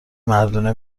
مردونه